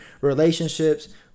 relationships